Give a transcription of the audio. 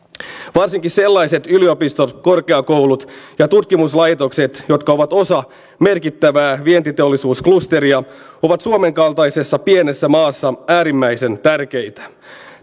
varsinkin sellaiset yliopistot korkeakoulut ja tutkimuslaitokset jotka ovat osa merkittävää vientiteollisuusklusteria ovat suomen kaltaisessa pienessä maassa äärimmäisen tärkeitä